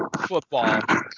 football